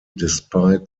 despite